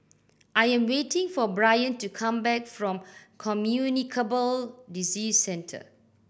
I am waiting for Brion to come back from Communicable Disease Centre